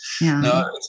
No